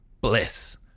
bliss